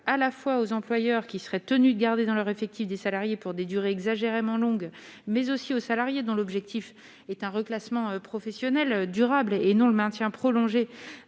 à la fois aux employeurs qui serait tenu de garder dans leur effectif des salariés pour des durées exagérément longue mais aussi aux salariés dont l'objectif est un reclassement professionnel durable et non le maintien prolongé